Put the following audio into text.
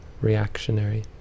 reactionary